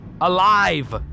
alive